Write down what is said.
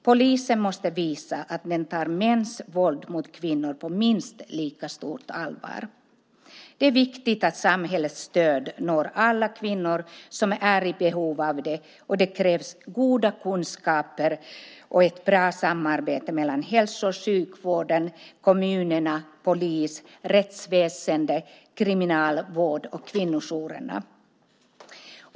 Polisen måste visa att den tar mäns våld mot kvinnor på minst lika stort allvar. Det är viktigt att samhällets stöd når alla kvinnor som är i behov av det, och det krävs goda kunskaper och ett bra samarbete mellan hälso och sjukvården, kommunerna, polis, rättsväsende, kriminalvård och kvinnojourerna.